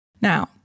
Now